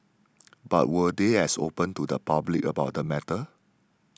but were they as open to the public about the matter